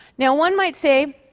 now, one might say,